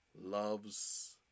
loves